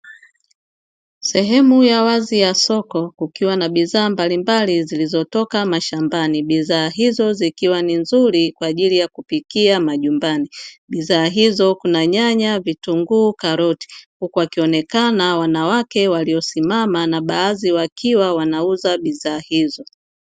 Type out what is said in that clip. Sehemu ya wazi ya soko kukiwa na bidha mbalimbali zilizotoka mashambani. Bidhaa hizo zikiwa ni nzuri kwa ajili ya kupikia majumbani. Bidhaa hizo kuna: nyanya, vitunguu, karoti; huku akionekana wanawake waliosimama na baadhi wakiwa wanauza bidhaa hizo.